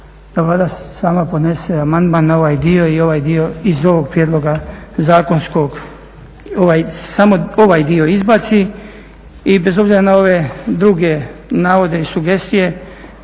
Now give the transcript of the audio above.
Vlada sama podnese amandman na ovaj dio i ovaj dio iz ovog prijedloga zakonskog, samo ovaj dio izbaci. I bez obzira na ove druge navode i sugestije